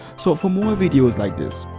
so for more videos like this,